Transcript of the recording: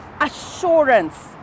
assurance